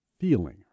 feeling